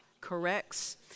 corrects